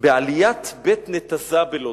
בעליית בית-נתזה בלוד.